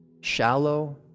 shallow